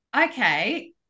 okay